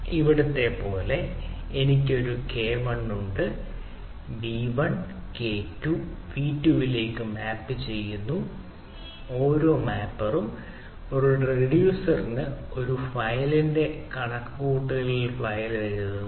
ഇവിടെ പോലെ എനിക്ക് ഒരു k1 ഉണ്ട് v1 k2 v2 ലേക്ക് മാപ്പുചെയ്തു ഓരോ മാപ്പറും ഒരു റിഡ്യൂസറിന് ഒരു ഫയലിന്റെ കണക്കുകൂട്ടൽ ഫലങ്ങൾ എഴുതുന്നു